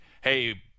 hey